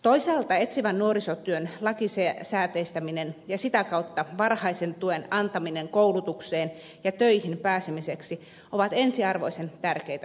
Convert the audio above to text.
toisaalta etsivän nuorisotyön lakisääteistäminen ja sitä kautta varhaisen tuen antaminen koulutukseen ja töihin pääsemiseksi ovat ensiarvoisen tärkeitä tavoitteita